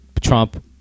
trump